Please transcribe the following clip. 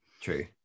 True